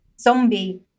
zombie